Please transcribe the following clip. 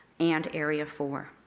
and area four.